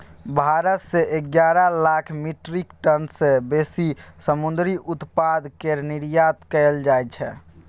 भारत सँ एगारह lakh metric tonne सँ बेसी समुंदरी उत्पाद केर निर्यात कएल जाइ छै